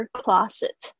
closet，